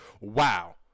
Wow